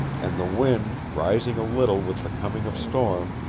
and the wind, rising a little with the coming of storm,